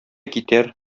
китәр